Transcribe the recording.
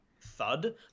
thud